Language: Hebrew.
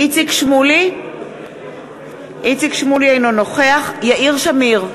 איציק שמולי, אינו נוכח יאיר שמיר,